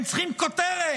הם צריכים כותרת.